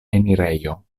enirejo